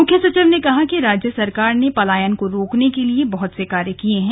मुख्य सचिव ने कहा कि राज्य सरकार ने पलायन को रोकने के लिए बहत से कार्य किए हैं